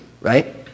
Right